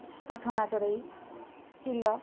କାଠହଣା ଚଢ଼େଇ ଚିଲ